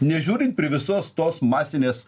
nežiūrint prie visos tos masinės